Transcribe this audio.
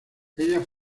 ella